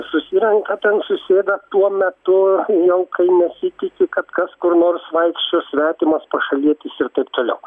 susirenka ten susėda tuo metu jau kai netikisi kad kas kur nors vaikščios svetimas pašalietis ir taip toliau